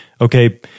Okay